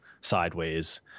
sideways